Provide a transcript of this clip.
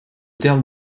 terme